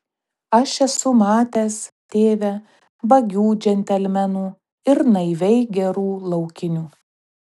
aš esu matęs tėve vagių džentelmenų ir naiviai gerų laukinių